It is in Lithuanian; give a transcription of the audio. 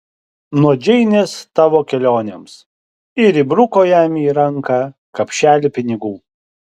nuo džeinės tavo kelionėms ir įbruko jam į ranką kapšelį pinigų